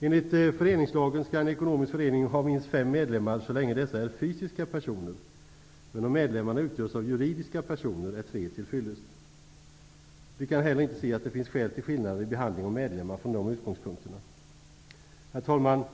Enligt föreningslagen skall en ekonomisk förening ha minst fem medlemmar, så länge dessa är fysiska personer, men om medlemmarna utgörs av juridiska personer är tre till fyllest. Vi kan heller inte se att det finns skäl till att man gör skillnad i behandlingen av medlemmar från de utgångspunkterna. Herr talman!